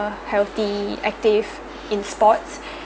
healthy active in sports